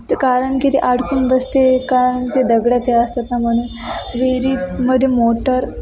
त कारण की ते अडकून बसते कारण ते दगड्या ते असतात ना म्हणून विहिरीमध्ये मोटर